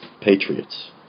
patriots